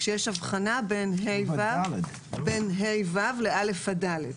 כשיש הבחנה בין ה'-ו' ל-א' עד ד',